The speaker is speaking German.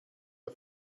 der